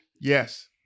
Yes